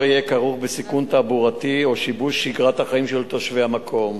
יהיה כרוך בסיכון תעבורתי או שיבוש שגרת החיים של תושבי המקום.